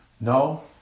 No